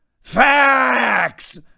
Facts